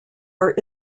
are